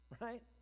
right